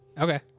Okay